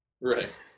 right